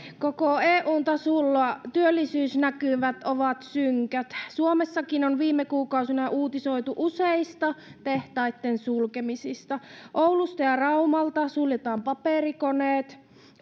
koko eun tasolla työllisyysnäkymät ovat synkät suomessakin on viime kuukausina uutisoitu useista tehtaitten sulkemisista oulusta ja raumalta suljetaan paperikoneet